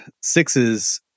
sixes